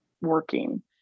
working